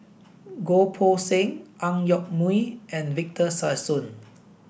Goh Poh Seng Ang Yoke Mooi and Victor Sassoon